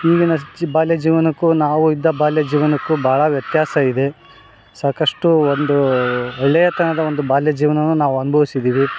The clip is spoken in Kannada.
ಈಗಿನ ಜಿ ಜಿ ಬಾಲ್ಯ ಜೀವನಕ್ಕೂ ನಾವು ಇದ್ದ ಬಾಲ್ಯ ಜೀವನಕ್ಕೂ ಭಾಳ ವ್ಯತ್ಯಾಸ ಇದೆ ಸಾಕಷ್ಟು ಒಂದು ಒಳ್ಳೆಯ ತನದ ಒಂದು ಬಾಲ್ಯ ಜೀವನವನ್ನು ನಾವು ಅನ್ಭವ್ಸಿದ್ದೀವಿ